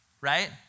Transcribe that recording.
right